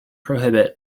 prohibit